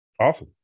Awesome